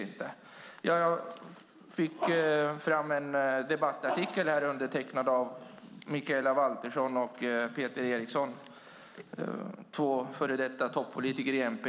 Jag har fått tag i en debattartikel som är undertecknad av Mikaela Valtersson och Peter Eriksson, två tidigare toppolitiker i MP.